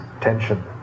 tension